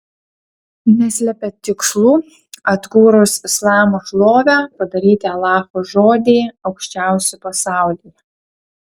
neslepia tikslų atkūrus islamo šlovę padaryti alacho žodį aukščiausiu pasaulyje